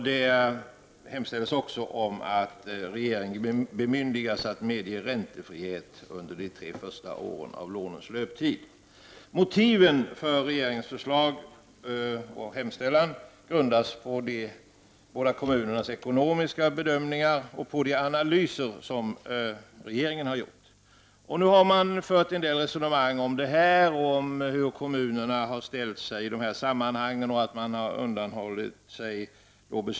Det hemställs även att regeringen skall bemyndigas att medge räntefrihet under de tre första åren av lånens löptid. Motiven för regeringens förslag grundas på de båda kommunernas ekonomiska bedömningar och på de analyser som regeringen har gjort. Nu har det förts en del resonemang om detta och om hur kommunerna har ställt sig i detta sammanhang.